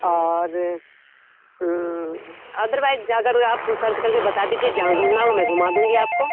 और अदरवाइज़ अगर आप सर्च करके बता दीजिए जहाँ घूमना हो मैं घूमा दूँगी आपको